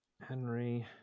Henry